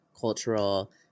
cultural